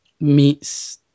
meets